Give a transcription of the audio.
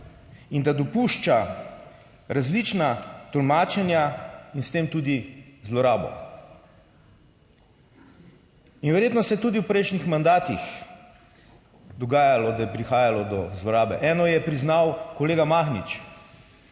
in da dopušča različna tolmačenja in s tem tudi zlorabo. In verjetno se je tudi v prejšnjih mandatih dogajalo, da je prihajalo do zlorabe. Eno je priznal kolega Mahnič,